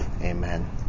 amen